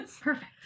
Perfect